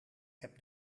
heb